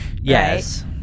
Yes